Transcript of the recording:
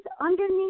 underneath